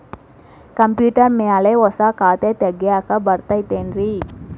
Computer ಮ್ಯಾಲೆ ಹೊಸಾ ಖಾತೆ ತಗ್ಯಾಕ್ ಬರತೈತಿ ಏನ್ರಿ?